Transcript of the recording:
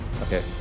Okay